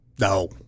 No